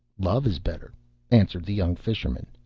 love is better answered the young fisherman,